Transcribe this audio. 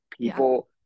people